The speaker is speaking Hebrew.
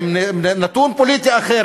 עם נתון פוליטי אחר,